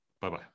Bye-bye